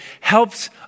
helps